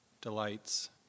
delights